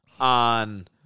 on